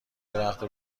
وقت